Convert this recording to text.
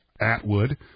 Atwood